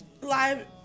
live